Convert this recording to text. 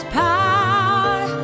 power